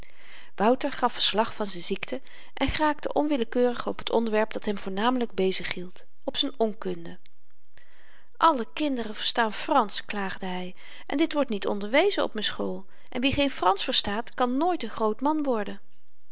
wouter gaf verslag van z'n ziekte en geraakte onwillekeurig op t onderwerp dat hem voornamelyk bezig hield op z'n onkunde alle kinderen verstaan fransch klaagde hy en dit wordt niet onderwezen op m'n school en wie geen fransch verstaat kan nooit n groot man worden